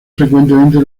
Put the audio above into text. frecuentemente